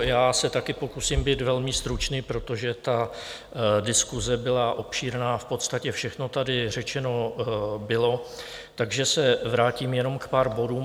Já se taky pokusím být velmi stručný, protože diskuse byla obšírná, v podstatě všechno tady řečeno bylo, takže se vrátím jenom k pár bodům.